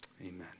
amen